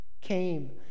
came